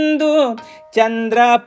Chandra